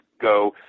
go